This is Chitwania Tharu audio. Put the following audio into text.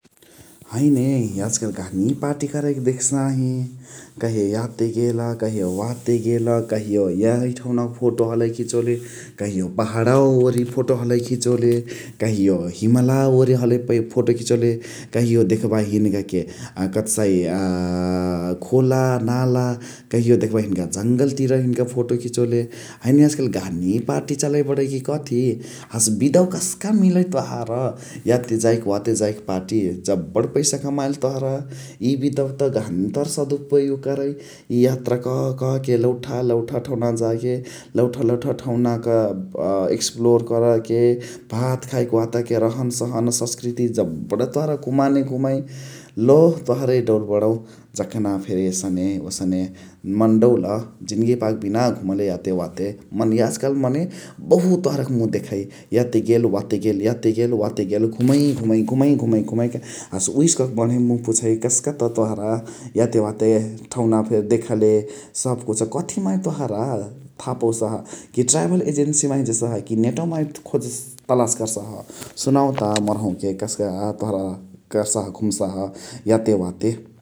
हइने यज्कलु गहनी पाटी करइ कि देख्सही । कहियो याते गेल, कहियो वाते गेल, कहियो याही ठउ मा फोतो हलही खिचोले, कहियो पगणावा ओरि फोतो हलही खिचोले, कहियो हिम्लावा ओरि हलही फोतो खिचोले, कहियो देख्बही हिनिका के खोला नाला, कहियो देख्बही हिनिका जङल तिरउ मा फोतो खिचोले । हइने यज्कलु गहनी पाटी चलइ बणइ कि कथी । हसे बिदवा कस्का मिलइ तोहार याते जाइ के वाते जाइ के पाटी । जब्बण पइसा कमाइली तोहरा इ बिदवा त गहनी सदुपायोग करइ । इ यात्रा क क के लउठा लउठा ठउना जाके लउठा लउठा ठउना एक्स्पोर कर के भात खाइ के वातके रहन सहन सस्किर्ती जब्बण तोहरा घुमाने घुमइ । लो तोहरे डउल बणउ जखना फेनी एसने ओसने मने डउल जिनगी पाके बिनान घुमले याते वाते मने यज्काल मने बहुत तोहरा के घुमइ कि देखइ । याते गेल वाते गेल याते गेल वाते गेल घुमइ घुमइ घुमइ घुमइ हसे उहेस क के बणही मुइ पुछइ कस्क तोहरा याते वाते ठउना देखले सब कुछ कथी माहे तोहरा थापउसाहा कि त्राभल एजेन्सी माहे देसहा कि नेटवा माहे खोज तलास कर्साह सुनाउ ता मोरहु के कस्का तोहरा कर्साह घुम्साह याते वाते ।